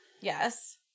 Yes